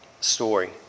story